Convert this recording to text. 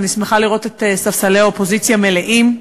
אני שמחה לראות את ספסלי האופוזיציה מלאים,